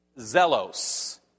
zelos